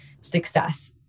success